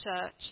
church